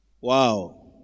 Wow